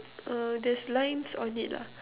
uh there's lines on it lah